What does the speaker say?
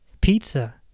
Pizza